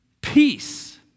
Peace